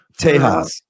Tejas